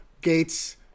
Gates